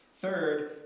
Third